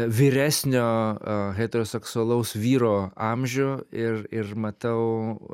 vyresnio heteroseksualaus vyro amžių ir ir matau